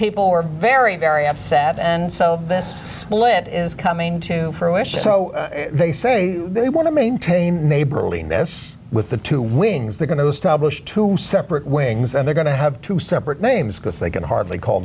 people were very very upset and so this split is coming to fruition so they say they want to maintain neighborliness with the two wings they're going to establish two separate wings and they're going to have to separate names because they can hardly call